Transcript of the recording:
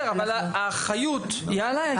אבל האחריות היא עליך.